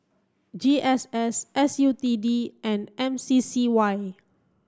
G S S S U T D and M C C Y